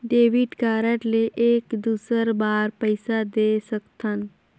Debit card ले एक दुसर बार पइसा दे सकथन?